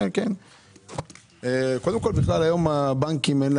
קודם חברי הכנסת.